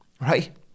right